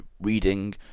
reading